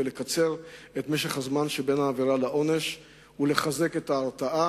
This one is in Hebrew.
קיצור משך הזמן שבין העבירה לעונש וחיזוק ההרתעה.